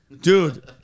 Dude